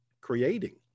creating